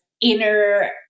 Inner